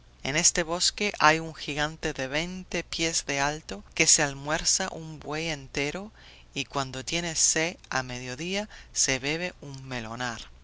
en este bosque hay un gigante de veinte pies de alto que se almuerza un buey entero y cuando tiene sed al mediodía se bebe un melonar